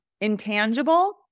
intangible